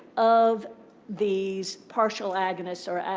of these partial agonists or